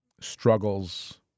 struggles